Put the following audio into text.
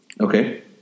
okay